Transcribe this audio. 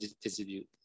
distribute